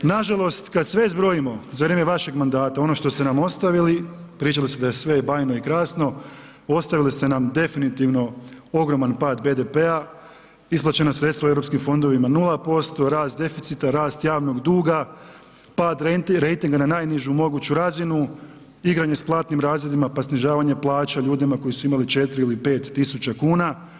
Nažalost, kad sve zbrojimo za vrijeme vašega mandata, ono što ste nam ostavili, pričali ste da je sve bajno i krasno, ostavili ste nam definitivno ogroman pad BDP-a, isplaćena sredstva EU fondovima 0%, rast deficita, rast javnog duga, pad rejtinga na najnižu moguću razinu, igranje s platnim razredima pa snižavanje plaća ljudima koji su imali 4 ili 5 tisuća kuna.